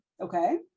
Okay